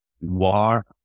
War